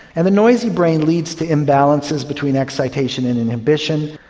and the noisy brain leads to imbalances between excitation and inhibition.